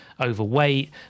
overweight